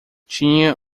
tinha